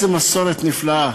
איזו מסורת נפלאה,